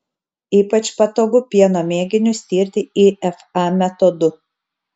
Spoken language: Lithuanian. ypač patogu pieno mėginius tirti ifa metodu